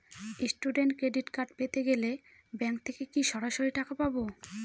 Student credit card পেতে গেলে bank থেকে কি সরাসরি টাকা পাবো?